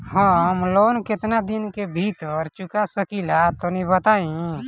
हम लोन केतना दिन के भीतर चुका सकिला तनि बताईं?